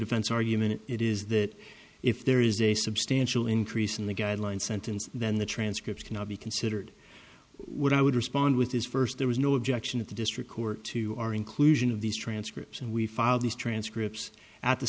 defense argument it is that if there is a substantial increase in the guideline sentence than the transcript cannot be considered what i would respond with is first there was no objection of the district court to our inclusion of these transcripts and we filed these transcripts at the